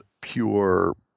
pure